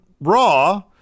Raw